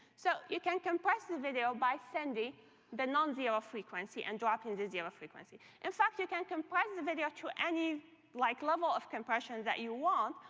so you can compress the video by sending the non zero frequency and dropping the zero frequency. in fact, you can compress the video to any like level of compression that you want,